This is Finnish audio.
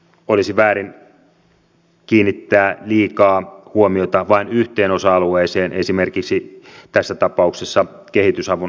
olisi väärin kiinnittää liikaa huomiota vain yhteen osa alueeseen esimerkiksi tässä tapauksessa kehitysavun leikkaukseen